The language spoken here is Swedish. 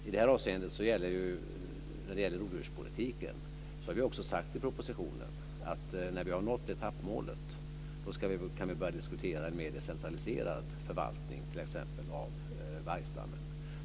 I detta avseende, när det gäller rovdjurspolitiken, har vi också sagt i propositionen att när vi har nått etappmålet så kan vi börja diskutera en mer decentraliserad förvaltning av t.ex. vargstammen.